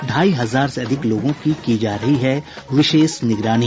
ढ़ाई हजार से अधिक लोगों की जा रही है विशेष निगरानी